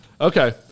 Okay